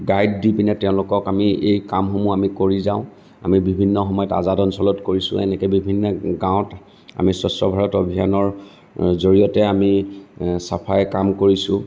guide দি পেলাই তেওঁলোকক আমি এই কামসমূহ আমি কৰি যাওঁ আমি বিভিন্ন সময়ত আজাদ অঞ্চলত কৰিছোঁ এনেকে বিভিন্ন গাঁৱত আমি স্বচ্ছ ভাৰত অভিজানৰ জৰিয়তে আমি চাফাই কাম কৰিছোঁ